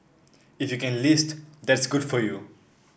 if you can list that's good for you